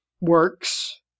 works